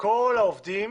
וכל העובדים